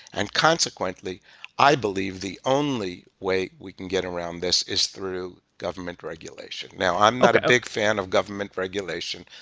and consequently i believe the only way we can get around this is through government regulation. now, i'm not a big fan of government regulation,